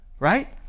Right